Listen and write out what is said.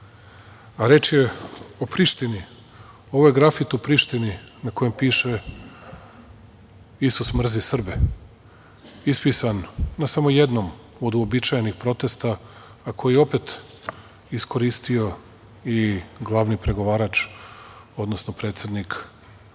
a reč je o Prištini. Ovo je grafit u Prištini na kojem piše – Isus mrzi Srbe, ispisan na samo jednom od uobičajenih protesta, a koji je opet iskoristio i glavni pregovarač, odnosno predsednik Vlade